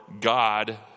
God